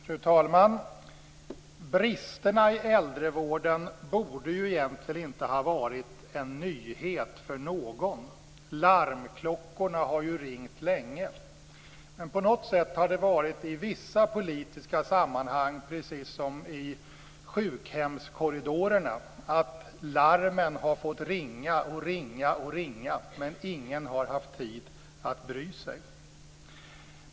Fru talman! Bristerna i äldrevården borde egentligen inte ha varit en nyhet för någon. Larmklockorna har ju ringt länge. Men på något sätt har det i vissa politiska sammanhang varit precis som i sjukhemskorridorerna - larmen har fått ringa och ringa men ingen har haft tid att bry sig.